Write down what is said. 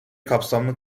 kapsamlı